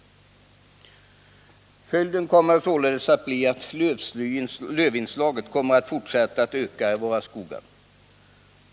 Följden kommer således att bli att lövinslaget kommer att fortsätta att öka i våra skogar.